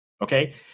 Okay